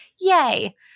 Yay